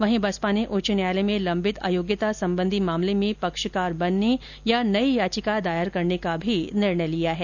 वहीं बसपा ने उच्च न्यायालय में लंबित अयोग्यता संबंधी मामले में पक्षकार बनने या नई याचिका दायर करने का भी निर्णय लिया है